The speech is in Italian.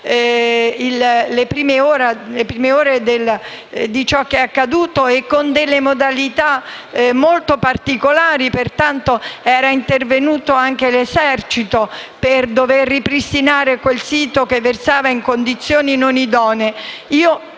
le prime ore di ciò che è accaduto e con delle modalità molto particolari. Era intervenuto anche l'Esercito per ripristinare quel sito che versava in condizioni non idonee.